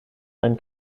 ein